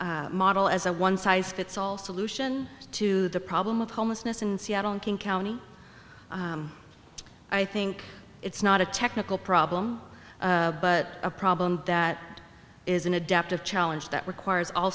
housing model as a one size fits all solution to the problem of homelessness in seattle and king county i think it's not a technical problem but a problem that is an adaptive challenge that requires all